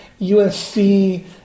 USC